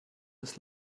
das